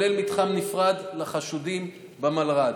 כולל מתחם נפרד לחשודים במלר"ד.